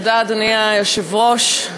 אדוני היושב-ראש,